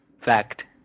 Fact